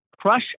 crush